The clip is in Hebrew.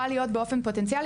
יכולתי להקים אותו סתם עם הצללה,